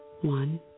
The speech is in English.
One